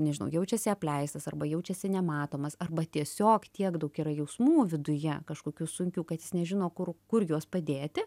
nežinau jaučiasi apleistas arba jaučiasi nematomas arba tiesiog tiek daug yra jausmų viduje kažkokių sunkių kad jis nežino kur kur juos padėti